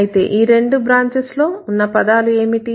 అయితే ఈ రెండు బ్రాంచెస్ లో ఉన్న రెండు పదాలు ఏమిటి